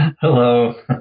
Hello